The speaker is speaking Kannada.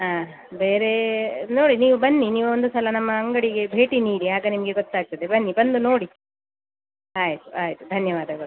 ಹಾಂ ಬೇರೆ ನೋಡಿ ನೀವು ಬನ್ನಿ ನೀವು ಒಂದು ಸಲ ನಮ್ಮ ಅಂಗಡಿಗೆ ಭೇಟಿ ನೀಡಿ ಆಗ ನಿಮಗೆ ಗೊತ್ತಾಗ್ತದೆ ಬನ್ನಿ ಬಂದು ನೋಡಿ ಆಯಿತು ಆಯಿತು ಧನ್ಯವಾದಗಳು